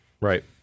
Right